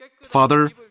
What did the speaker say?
Father